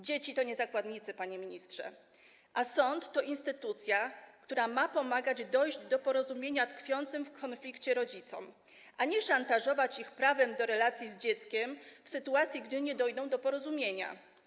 Dzieci to nie zakładnicy, panie ministrze, a sąd to instytucja, która ma pomagać dojść do porozumienia tkwiącym w konflikcie rodzicom, a nie szantażować ich prawem do relacji z dzieckiem w sytuacji, gdy nie dojdą do porozumienia.